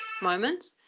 moments